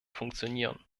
funktionieren